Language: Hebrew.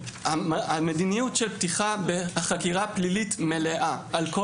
המדיניות של פתיחה בחקירה פלילית מלאה על כל